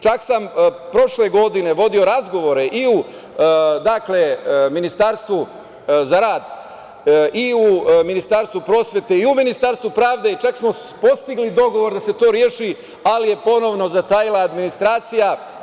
Čak sam prošle godine vodio razgovore i u Ministarstvu za rad i u Ministarstvu prosvete i u Ministarstvu pravde i čak smo postigli dogovor da se to reši, ali je ponovo zatajila administracija.